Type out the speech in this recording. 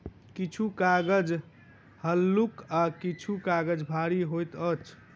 किछु कागज हल्लुक आ किछु काजग भारी होइत अछि